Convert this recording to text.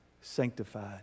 sanctified